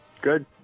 good